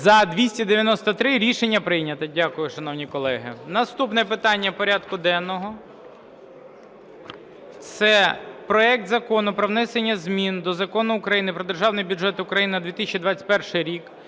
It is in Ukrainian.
За-293 Рішення прийнято. Наступне питання порядку денного – це проект Закону про внесення змін до Закону України "Про Державний бюджет України на 2021 рік"